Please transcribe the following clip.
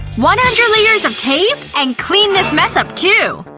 one hundred layers of tape! and clean this mess up too.